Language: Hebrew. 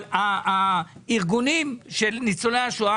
ארגוני ניצולי השואה